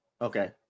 Okay